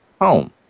home